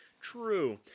True